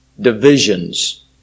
divisions